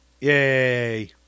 Yay